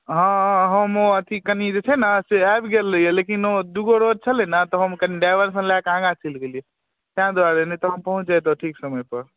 हँ हँ हम ओ अथी कनी जे छै ने से आबि गेल रहियै लेकिन ओ दू गो रोड छलै ने तऽ हम कनी डाइभरसन लए कऽ आगाँ चलि गेलियै तैँ दुआरे नहि तऽ हम पहुँच जैतहुँ ठीक समयपर